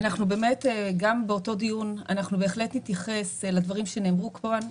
גם באותו דיון אנחנו בהחלט נתייחס לדברים שנאמרו כאן,